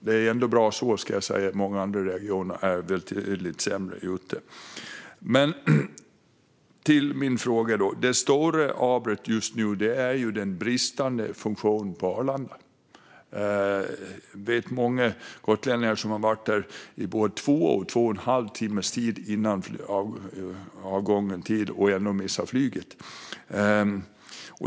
Det är ändå bra, för många andra regioner är betydligt sämre ute. Ett stort aber är den bristande funktionen på Arlanda. Jag vet många gotlänningar som har varit där i upp till två och en halv timme innan avgång och ändå missat flyget.